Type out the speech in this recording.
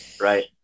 right